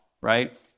right